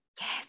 Yes